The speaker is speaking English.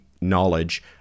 knowledge